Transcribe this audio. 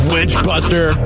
Witchbuster